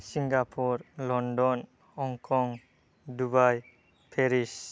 Singapore London Hong Kong Dubai Paris